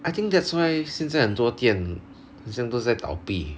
I think that's why 现在很多店好像都在倒闭